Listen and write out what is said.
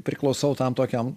priklausau tam tokiam